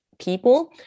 people